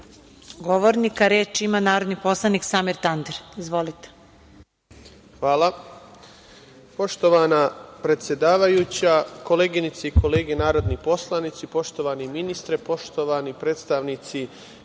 govornika. Reč ima narodni poslanik Samir Tandir. Izvolite. **Samir Tandir** Hvala. Poštovana predsedavajuća, koleginice i kolege narodni poslanici, poštovani ministre, poštovani predstavnici